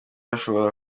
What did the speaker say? ashobora